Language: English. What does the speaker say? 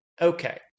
Okay